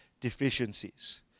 deficiencies